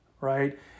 right